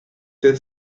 they